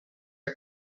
que